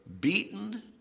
beaten